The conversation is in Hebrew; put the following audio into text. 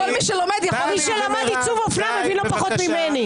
כל מי שלומד יכול --- מי שלמד עיצוב אופנה מבין לא פחות ממני.